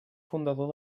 fundador